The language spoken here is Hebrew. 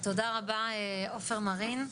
תודה רבה, עופר מרין.